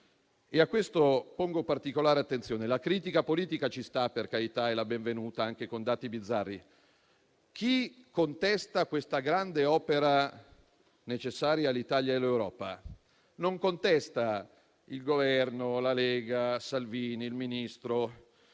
su cui pongo particolare attenzione. La critica politica ci sta, per carità, ed è la benvenuta, anche con dati bizzarri; ma chi contesta questa grande opera, necessaria all'Italia e all'Europa, non contesta il Governo, la Lega, Salvini, il Ministro,